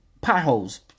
potholes